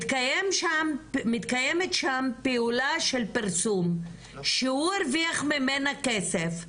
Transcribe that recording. מתקיימת שם פעולה של פרסום שהוא הרוויח ממנה כסף,